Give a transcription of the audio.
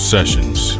Sessions